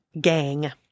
gang